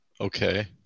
Okay